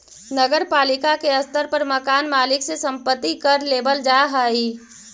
नगर पालिका के स्तर पर मकान मालिक से संपत्ति कर लेबल जा हई